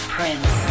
Prince